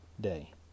day